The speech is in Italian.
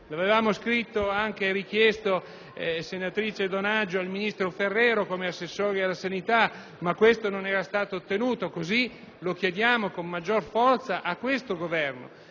Lo avevamo richiesto, senatrice Donaggio, anche al ministro Ferraro, come assessori alla sanità, ma non era stato ottenuto. Così lo chiediamo con maggiore forza a questo Governo: